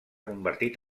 convertit